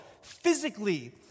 physically